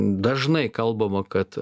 dažnai kalbama kad